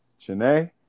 Janae